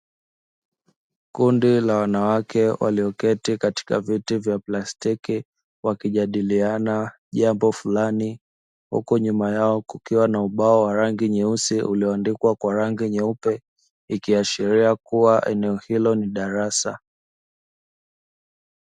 Kundi la wanawake walioketi katika viti vya plastiki wakijadiliana jambo fulani, huku nyuma yao kukiwa na ubao wa rangi nyeusi ulioandikwa kwa rangi nyeupe. Ikiashiria kuwa eneo hilo ni darasa.